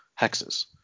hexes